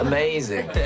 Amazing